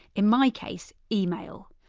in my case email.